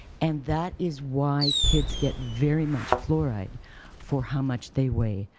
and that is why kids get very much fluoride for how much they weigh,